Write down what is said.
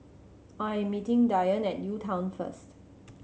I am meeting Dyan at UTown first